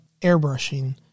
airbrushing